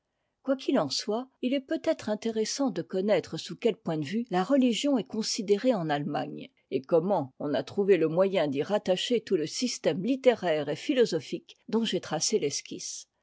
quoi qu'il en soit il est peut-être intéressant de connaître sous quel point de vue la religion est considérée en allemagne et comment on a trouvé le moyen d'y rattacher tout le système littéraire et philosophique dont j'ai tracé l'esquisse